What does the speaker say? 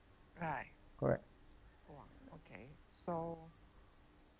correct